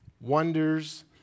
wonders